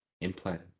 implant